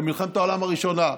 במלחמת העולם הראשונה,